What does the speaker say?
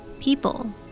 people